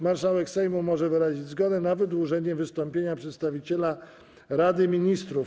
Marszałek Sejmu może wyrazić zgodę na wydłużenie wystąpienia przedstawiciela Rady Ministrów.